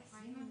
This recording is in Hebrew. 19',